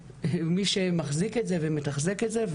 מי שמחזיק את זה ומתחזק את זה,